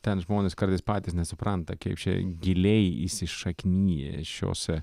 ten žmonės kartais patys nesupranta kiek čia giliai įsišakniję šiose